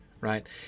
right